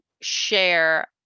share